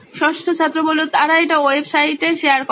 ষষ্ঠ ছাত্র তারা এটি ওয়েবসাইটে শেয়ার করে